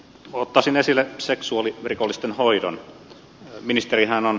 ottaisin esille seksuaalirikollisten hoidon